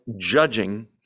judging